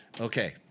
okay